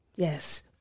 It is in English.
Yes